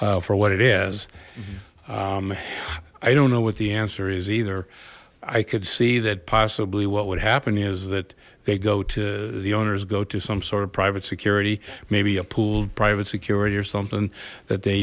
for what it is i don't know what the answer is either i could see that possibly what would happen is that they go to the owners go to some sort of private security may be a pooled private security or something that they